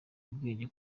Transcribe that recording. ubwenge